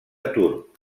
turc